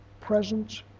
presence